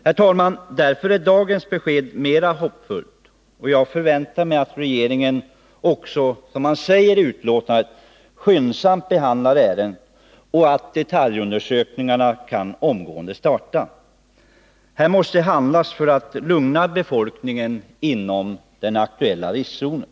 Herr talman! Mot den bakgrunden är dagens besked mera hoppfullt, och jag förväntar mig nu att regeringen — som det sagts i svaret — skyndsamt behandlar ärendet och att detaljundersökningen omgående kan starta. Här måste handlas, för att lugna befolkningen inom den aktuella riskzonen.